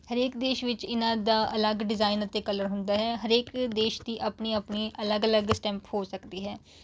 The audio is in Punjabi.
ਹਰੇਕ ਦੇਸ਼ ਵਿੱਚ ਇਹਨਾਂ ਦਾ ਅਲੱਗ ਡਿਜ਼ਾਇਨ ਅਤੇ ਕਲਰ ਹੁੰਦਾ ਹੈ ਹਰੇਕ ਦੇਸ਼ ਦੀ ਆਪਣੀ ਆਪਣੀ ਅਲੱਗ ਅਲੱਗ ਸਟੈਂਪ ਹੋ ਸਕਦੀ ਹੈ